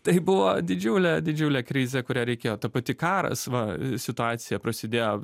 tai buvo didžiulė didžiulė krizė kurią reikėjo ta pati karas va situacija prasidėjo